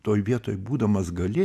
toj vietoj būdamas gali